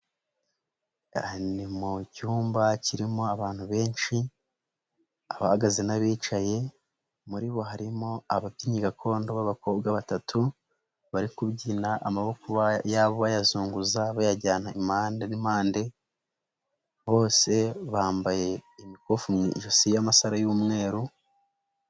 Ni mu cyumba kirimo abantu benshi, abahagaze n'abicaye, muri bo harimo ababyinnyi gakondo b'abakobwa batatu, bari kubyina amaboko y'abayazunguza bayajyana impande n'impande, bose bambaye imikufi mu ijosi y'amasaro y'umweru.